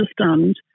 understand